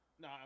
No